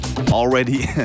already